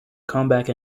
comeback